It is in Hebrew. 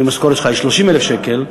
אם המשכורת שלך היא 30,000 שקל,